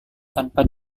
tanpa